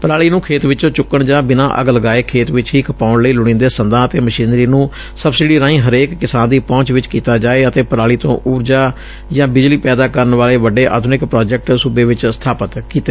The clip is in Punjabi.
ਪਰਾਲੀ ਨੂੰ ਖੇਤ ਵਿੱਚੋਂ ਚੁੱਕਣ ਜਾਂ ਬਿਨਾਂ ਅੱਗ ਲਗਾਏ ਖੇਤ ਵਿਚ ਹੀ ਖਪਾਉਣ ਲਈ ਲੋੜੀਦੇ ਸੰਦਾਂ ਅਤੇ ਮਸ਼ੀਨਰੀ ਨੂੰ ਸਬਸਿਡੀ ਰਾਹੀ ਹਰੇਕ ਕਿਸਾਨ ਦੀ ਪਹੁੰਚ ਵਿੱਚ ਕੀਤਾ ਜਾਵੇ ਅਤੇ ਪਰਾਲੀ ਤੋਂ ਉਰਜਾ ਬਿਜਲੀ ਪੈਦਾ ਕਰਨ ਵਾਲੇ ਵੱਡੇ ਆਧੁਨਿਕ ਪ੍ਰਾਜੈਕਟ ਸੁਬੇ ਵਿੱਚ ਸਬਾਪਿਤ ਕਰੇ